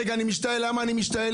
רגע, אני משתעל, למה אני משתעל.